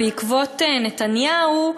בעקבות נתניהו,